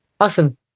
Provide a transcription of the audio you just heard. Awesome